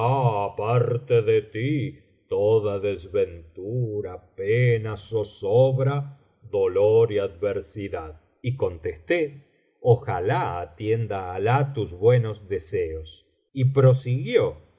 aparte de ti toda desventura pena zozobra dolor y adversidad y contesté ojalá atienda alah tus buenos deseos y prosiguió